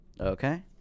Okay